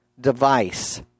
device